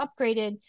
upgraded